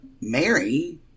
Mary